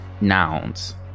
nouns